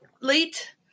late